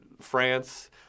France